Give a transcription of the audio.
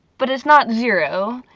but it's not zero.